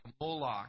Moloch